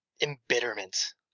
embitterment